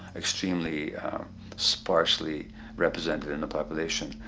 extremely sparsely represented in the population,